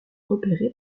repéré